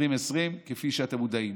כפי שאתם מודעים,